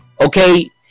okay